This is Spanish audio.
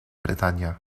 bretaña